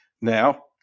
Now